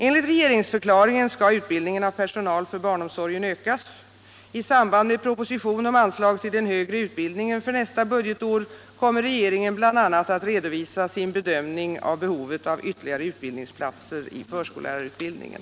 Enligt regeringsförklaringen skall utbildningen av personal för barnomsorgen ökas. I samband med proposition om anslag till den högre utbildningen för nästa budgetår kommer regeringen bl.a. att redovisa sin bedömning av behovet av ytterligare utbildningsplatser i förskollärarutbildningen.